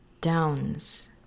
downs